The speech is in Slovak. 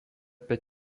päť